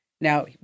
Now